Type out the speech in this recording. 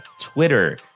Twitter